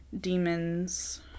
demons